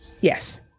yes